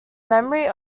memory